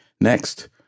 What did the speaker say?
Next